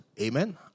Amen